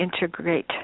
integrate